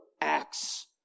acts